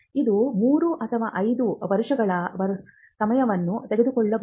ಇದು 3 ಅಥವಾ 5 ವರ್ಷಗಳ ವರ್ಷಗಳ ಸಮಯವನ್ನು ತೆಗೆದುಕೊಳ್ಳಬಹುದು